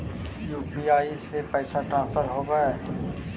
UPI से पैसा transfer होवहै?